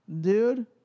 dude